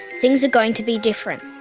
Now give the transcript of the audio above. things are going to be different,